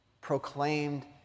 proclaimed